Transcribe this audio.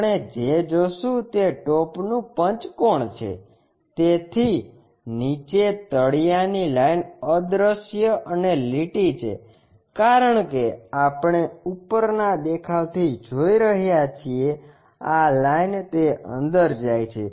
આપણે જે જોશું તે ટોપ નું પંચકોણ છે નીચે તળીયા ની લાઇન અદ્રશ્ય અને લીટી છે કારણ કે આપણે ઉપરના દેખાવથી જોઈ રહ્યા છીએ આ લાઈન તે અંદર જાય છે